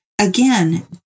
again